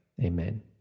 Amen